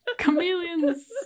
Chameleons